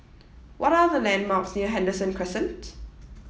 what are the landmarks near Henderson Crescent